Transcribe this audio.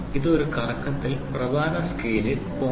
ഇത് ഒരു കറക്കത്തിൽ പ്രധാന സ്കെയിലിൽ 0